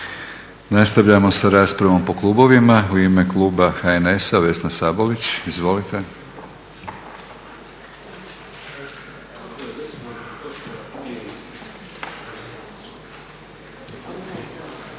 Nastavljamo sa raspravom po klubovima. U ime kluba HNS-a Vesna Sabolić. Izvolite.